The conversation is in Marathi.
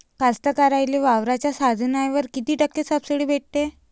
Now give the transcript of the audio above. कास्तकाराइले वावराच्या साधनावर कीती टक्के सब्सिडी भेटते?